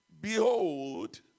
behold